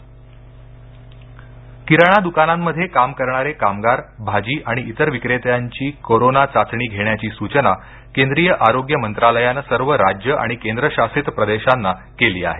आरोग्य मंत्रालय कोरोना किराणा दुकानांमध्ये काम करणारे कामगार भाजी आणि इतर विक्रेत्यांची कोरोना चाचणी घेण्याची सूचना केंद्रीय आरोग्य मंत्रालयानं सर्व राज्य आणि केंद्रशासित प्रदेशांना केली आहे